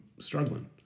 Struggling